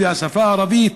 והשפה הערבית,